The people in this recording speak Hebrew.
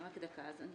הם